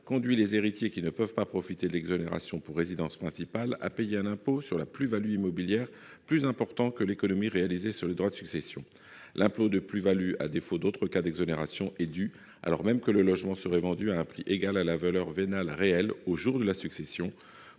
conduit les héritiers, qui ne peuvent profiter de l’exonération pour résidence principale, à payer un impôt sur la plus value immobilière plus important que l’économie réalisée sur les droits de succession. À défaut d’autres cas d’exonération, l’impôt sur la plus value est dû, alors même que le logement serait vendu à un prix égal à la valeur vénale réelle au jour de la succession.